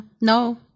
no